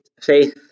faith